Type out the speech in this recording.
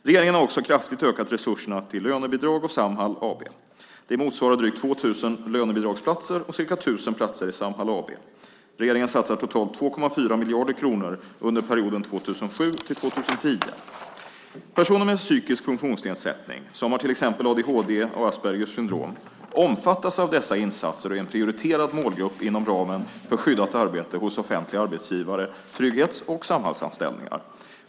Regeringen har också kraftigt ökat resurserna till lönebidrag och Samhall AB. Det motsvarar drygt 2 000 lönebidragsplatser och ca 1 000 platser i Samhall AB. Regeringen satsar totalt 2,4 miljarder kronor under perioden 2007-2010. Personer med psykisk funktionsnedsättning som har till exempel adhd och Aspergers syndrom omfattas av dessa insatser och är en prioriterad målgrupp inom ramen för skyddat arbete hos offentliga arbetsgivare, trygghets och Samhallsanställningar.